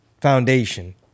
Foundation